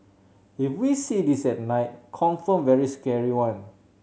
if we see this at night confirm very scary one